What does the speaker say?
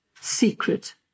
secret